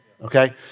okay